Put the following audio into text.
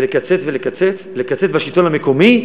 ולקצץ, ולקצץ, לקצץ בשלטון המקומי,